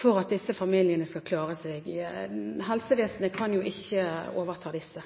for at disse familiene skal klare seg? Helsevesenet kan jo ikke overta disse.